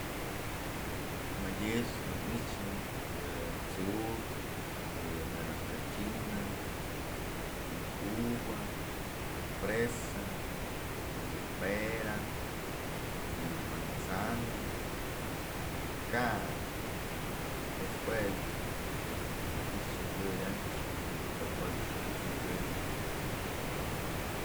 Madyë ëch dun i'ixë yë tsu'ukyë, yë naranja china, yë uva, yë fresa, yë pera, yë manzana, yë ka'akë, pues juëch dun dun na i'ixë yëya ajtyë kopkotyë xi'im dun myësëyëp.